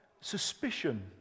suspicion